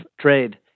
trade